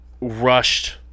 rushed